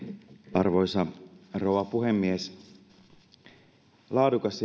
arvoisa rouva puhemies laadukas